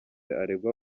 aregwa